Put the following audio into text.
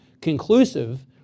conclusive